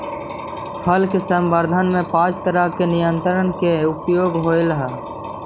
फल के संवर्धन में पाँच तरह के नियंत्रक के उपयोग होवऽ हई